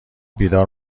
بیدار